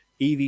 EV